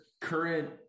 current